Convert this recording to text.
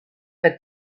que